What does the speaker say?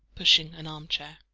pushing an arm-chair.